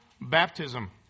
baptism